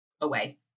away